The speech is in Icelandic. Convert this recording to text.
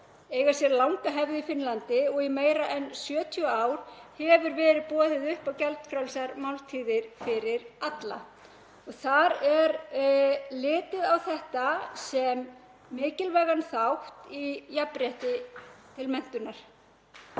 eiga sér langa hefð í Finnlandi og í meira en 70 ár hefur verið boðið upp á gjaldfrjálsar máltíðir fyrir alla. Þar er litið á þetta sem mikilvægan þátt í jafnrétti til menntunar